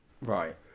Right